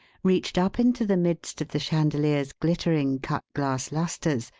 reached up into the midst of the chandelier's glittering cut-glass lustres,